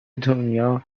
دنیا